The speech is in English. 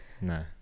No